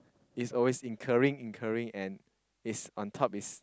is always incurring incurring and is on top is